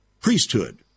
priesthood